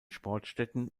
sportstätten